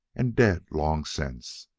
and dead long since.